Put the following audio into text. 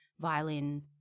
violin